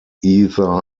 either